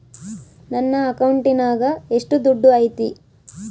ನನ್ನ ಅಕೌಂಟಿನಾಗ ಎಷ್ಟು ದುಡ್ಡು ಐತಿ?